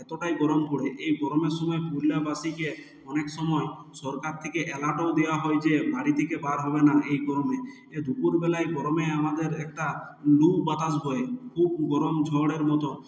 এতোটাই গরম পড়ে এই গরমের সময় পুরুলিয়াবাসীকে অনেক সময় সরকার থেকে অ্যালার্টও দেওয়া হয় যে বাড়ি থেকে বার হবে না এই গরমে এর দুপুরবেলায় গরমে আমাদের একটা লু বাতাস বয় খুব গরম ঝড়ের মতো